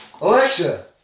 Alexa